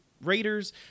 Raiders